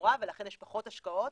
תמורה ולכן יש פחות השקעות.